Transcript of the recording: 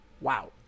wow